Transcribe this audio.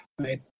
right